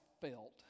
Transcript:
felt